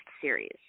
series